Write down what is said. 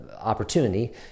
opportunity